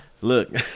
look